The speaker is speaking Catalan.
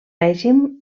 règim